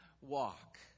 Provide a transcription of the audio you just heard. walk